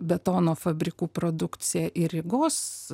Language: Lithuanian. betono fabrikų produkciją ir rygos